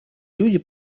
люди